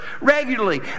regularly